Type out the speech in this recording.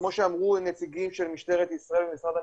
כמו שאמרו הנציגים של משטרת ישראל ומשרד המשפטים,